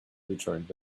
returned